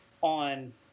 on